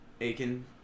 aiken